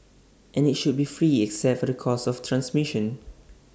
and IT should be free except for the cost of transmission